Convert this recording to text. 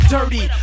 Dirty